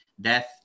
death